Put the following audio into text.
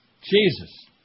Jesus